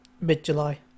mid-july